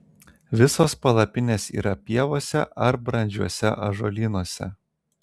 visos palapinės yra pievose ar brandžiuose ąžuolynuose